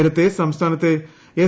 നേരത്തേ സംസ്ഥാനത്തെ എസ്